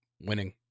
winning